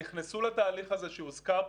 נכנסו לתהליך הזה שהוזכר פה,